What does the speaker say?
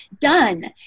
done